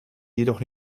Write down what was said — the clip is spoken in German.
jedoch